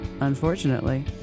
Unfortunately